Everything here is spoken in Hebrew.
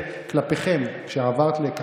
ברור, מה.